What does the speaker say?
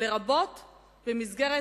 לרבות במסגרת